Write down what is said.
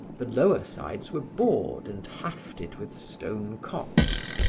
the lower sides were bored and hafted with stone cocks.